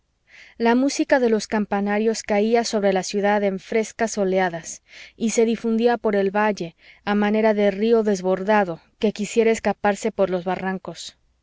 la música de los campanarios caía sobre la ciudad en frescas oleadas y se difundía por el valle a manera de río desbordado que quisiera escaparse por los barrancos